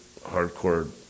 hardcore